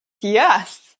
Yes